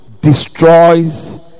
destroys